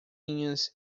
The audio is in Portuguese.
linhas